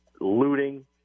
looting